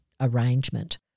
arrangement